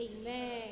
Amen